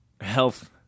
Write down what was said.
Health